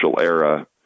era